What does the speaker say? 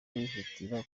wihutira